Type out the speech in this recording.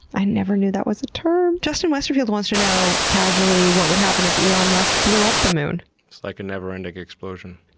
i never knew that was a term! justin westerfield wants to know, casually what would happen if elon musk blew up the moon like a never-ending explosion.